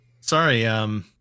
sorry